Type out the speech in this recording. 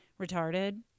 retarded